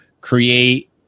create